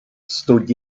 stood